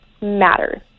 matters